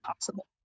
possible